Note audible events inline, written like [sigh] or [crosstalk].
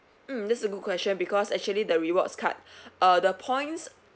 um this a good question because actually the rewards card [breath] uh the points